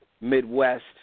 Midwest